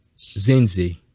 Zinzi